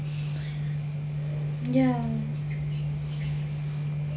ya